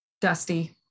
dusty